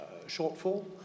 shortfall